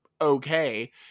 okay